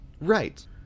Right